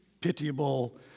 pitiable